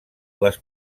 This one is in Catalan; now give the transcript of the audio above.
les